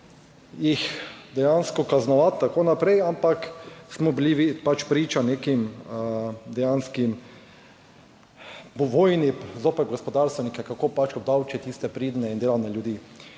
jih dejansko kaznovati tako naprej, ampak smo bili pač priča nekim dejanskim po vojni zoper gospodarstvenike, kako obdavči tiste pridne in delovne ljudi.